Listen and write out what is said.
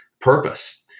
Purpose